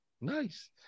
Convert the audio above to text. Nice